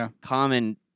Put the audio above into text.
common